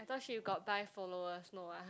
I thought she got buy followers no ah